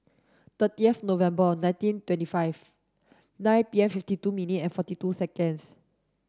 thirtieth November nineteen twenty five nine P M fifty two minute and forty two seconds